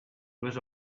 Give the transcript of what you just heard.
was